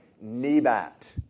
Nebat